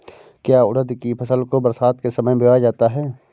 क्या उड़द की फसल को बरसात के समय बोया जाता है?